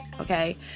okay